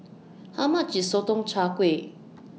How much IS Sotong Char Kway